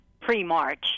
pre-March